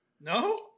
no